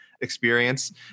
experience